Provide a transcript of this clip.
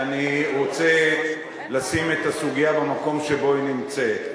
ואני רוצה לשים את הסוגיה במקום שבו היא נמצאת.